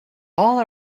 all